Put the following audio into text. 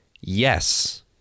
Yes